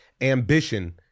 ambition